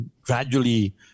gradually